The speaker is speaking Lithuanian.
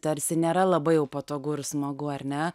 tarsi nėra labai patogu ir smagu ar ne